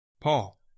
Paul